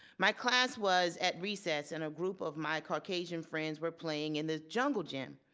my class was at recess and a group of my caucasian friends were playing in this jungle gym.